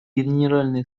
генеральной